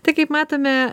tai kaip matome